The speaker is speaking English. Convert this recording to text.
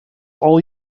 all